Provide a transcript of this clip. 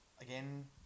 again